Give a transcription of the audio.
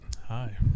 Hi